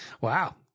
wow